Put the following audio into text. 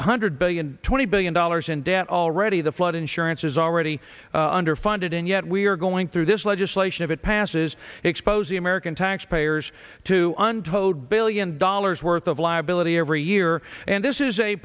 e hundred billion twenty billion dollars in debt already the flood insurance is already underfunded and yet we are going through this legislation if it passes exposing american taxpayers to an toed billion dollars worth of liability every year and this is a